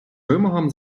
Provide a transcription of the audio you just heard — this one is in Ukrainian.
вимогам